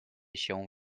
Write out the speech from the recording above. się